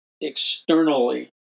externally